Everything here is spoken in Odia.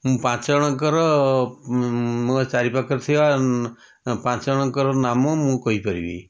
ମୁଁ ପାଞ୍ଚଜଣଙ୍କର ମୋ ଚାରିପାଖରେ ଥିବା ଉଁ ପାଞ୍ଚଜଣଙ୍କର ନାମ ମୁଁ କହିପାରିବି